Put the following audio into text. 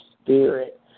spirit